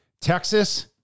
Texas